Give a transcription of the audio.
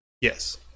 Yes